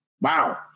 wow